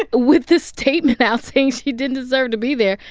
ah with this statement out saying she didn't deserve to be there.